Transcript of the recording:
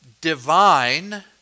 divine